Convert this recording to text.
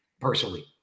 personally